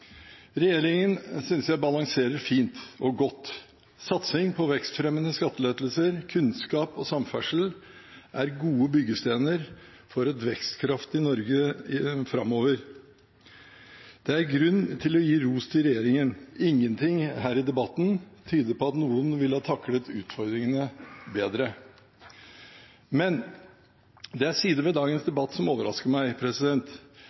Regjeringen synes jeg balanserer fint og godt. Satsing på vekstfremmende skattelettelser, kunnskap og samferdsel er gode byggestener for et vekstkraftig Norge framover. Det er grunn til å gi ros til regjeringen. Ingenting her i debatten tyder på at noen ville ha taklet utfordringene bedre. Men det er sider ved dagens debatt som overrasker meg.